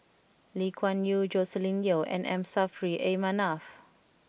Lee Kuan Yew Joscelin Yeo and M Saffri A Manaf